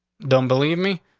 don't believe me.